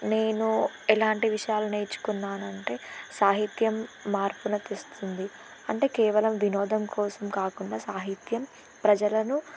నేను ఎలాంటి విషయాలు నేర్చుకున్నానంటే సాహిత్యం మార్పును తెస్తుంది అంటే కేవలం వినోదం కోసం కాకుండా సాహిత్యం ప్రజలను